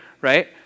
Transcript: right